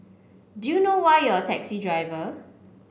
do you know why you're a taxi driver